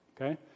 okay